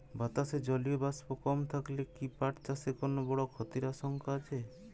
বাতাসে জলীয় বাষ্প কম থাকলে কি পাট চাষে কোনো বড় ক্ষতির আশঙ্কা আছে?